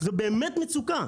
זאת באמת מצוקה.